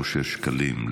אושר שקלים,